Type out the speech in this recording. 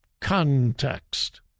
context